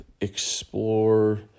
explore